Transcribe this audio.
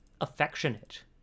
affectionate